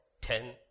ten